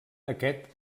aquest